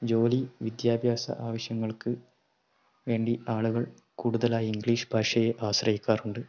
ജോലി വിദ്യാഭ്യാസ ആവശ്യങ്ങൾക്ക് വേണ്ടി ആളുകൾ കൂടുതലായും ഇംഗ്ലീഷ് ഭാഷയെ ആശ്രയിക്കാറുണ്ട്